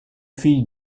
fille